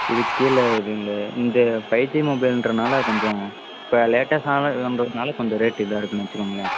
இதுக்கு கீழே எதுவும் இல்லை இந்த ஃபைவ் ஜி மொபைல்ங்றனால கொஞ்சம் இப்போ லேட்டஸான இதுங்றதுனால கொஞ்சம் ரேட்டு இதாக இருக்குன்னு வச்சுக்கோங்களேன்